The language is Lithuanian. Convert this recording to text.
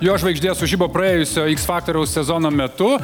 jo žvaigždė sužibo praėjusio iks faktoriaus sezono metu